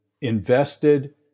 invested